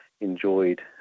enjoyed